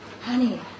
Honey